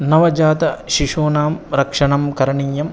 नवजातशिशूनां रक्षणं करणीयं